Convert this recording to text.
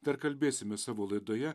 dar kalbėsime savo laidoje